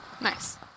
Nice